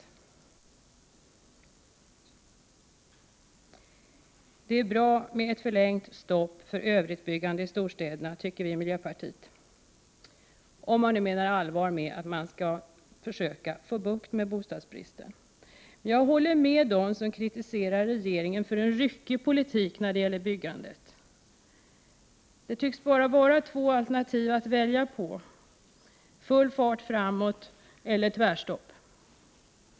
Vi i miljöpartiet tycker att det är bra med ett förlängt stopp för övrigt byggande i storstäderna, om man skall mena allvar med strävan att få bukt med bostadsbristen. Jag håller dock med dem som kritiserar regeringen för en ryckig politik när det gäller byggandet. Det tycks bara vara två alternativ att välja på: full fart framåt eller tvärstopp.